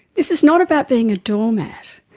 this is not about being a doormat.